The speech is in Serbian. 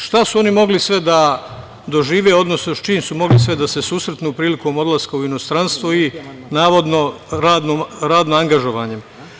Šta su oni mogli sve da dožive odnosno sa čim su sve mogli da se susretnu prilikom odlaska u inostranstvo i navodno radnim angažovanjem?